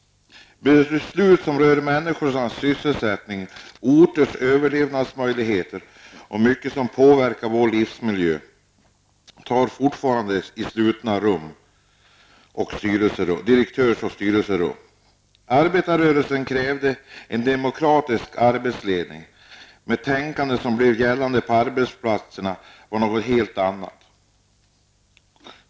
Beslut som rör människors sysselsättning, orters överlevnadsmöjligheter och sådant som påverkar vår livsmiljö fattas fortfarande i slutna direktörsoch styrelserum. Arbetarrörelsen krävde en demokratisk arbetsledning, men det tänkande som blev gällande på arbetsplatserna var något helt annat.